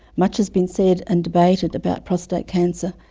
much has been said and debated about prostate cancer,